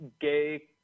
Gay